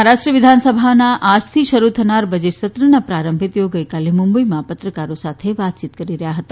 મહારાષ્ટ્ર વિધાનસભાના આજથી શરૂ થનાર બજેટ સત્રના પ્રારંભે તેઓ ગઈકાલે મુંબઈમાં પત્રકારો સાથે વાતચીત કરી રહ્યા હતા